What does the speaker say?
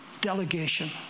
delegation